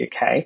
UK